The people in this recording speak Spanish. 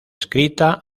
escrita